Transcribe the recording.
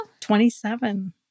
27